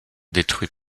détruit